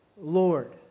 Lord